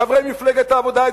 חברי מפלגת העבודה,